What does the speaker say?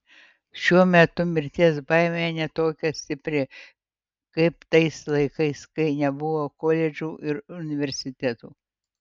šiuo metu mirties baimė ne tokia stipri kaip tais laikais kai nebuvo koledžų ir universitetų